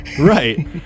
Right